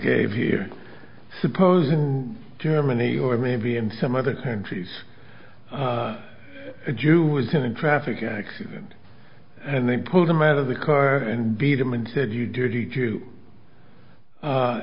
gave here suppose in germany or maybe in some other centuries a jew was in a traffic accident and they pulled him out of the car and beat him and said you dirty jew